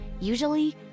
Usually